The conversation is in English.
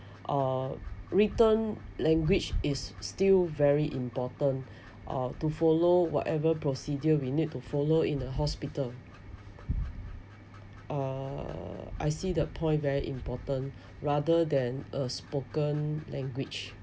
uh written language is still very important uh to follow whatever procedure we need to follow in the hospital uh I see the point very important rather than a spoken language